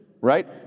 right